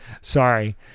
Sorry